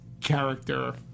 character